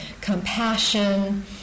compassion